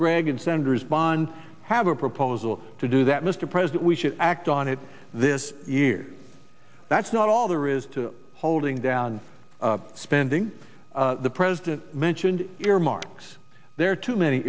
gregg and senators bond have a proposal to do that mr president we should act on it this year that's not all there is to holding down spending the president mentioned earmarks there are too many